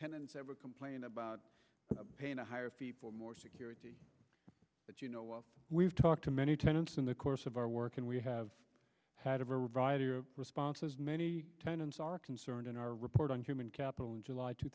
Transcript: tenants ever complained about paying a higher fee for more security but you know we've talked to many tenants in the course of our work and we have had a variety of responses many tenants are concerned in our report on human capital in july two